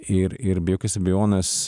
ir ir be jokios abejonės